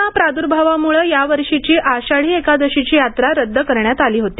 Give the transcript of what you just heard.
corona प्रादुर्भावामुळं यावर्षीची आषाढी एकादशीची यात्रा रद्द करण्यात आली होती